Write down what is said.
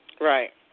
Right